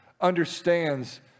understands